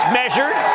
measured